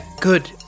good